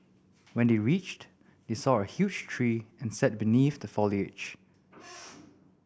when they reached they saw a huge tree and sat beneath the foliage